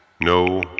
No